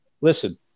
listen